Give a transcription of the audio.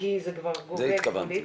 לזה התכוונתי.